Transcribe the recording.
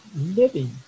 living